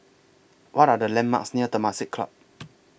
What Are The landmarks near Temasek Club